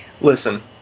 Listen